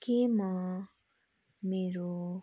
के म मेरो